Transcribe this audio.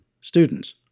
students